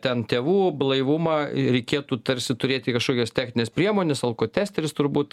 ten tėvų blaivumą reikėtų tarsi turėti kažkokias technines priemones alkotesteris turbūt